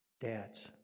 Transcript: dads